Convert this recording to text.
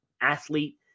athlete